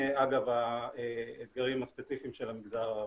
אגב, האתגרים הספציפיים של המגזר הערבי.